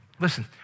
listen